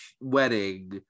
wedding